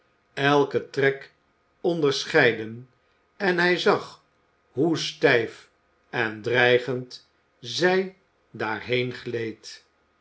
eiken trek onderscheiden en hij zag hoe stijf en dreigend zij daarheen gleed